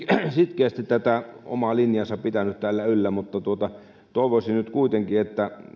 sitkeästi omaa linjaansa pitänyt täällä yllä mutta sanoisin nyt kuitenkin että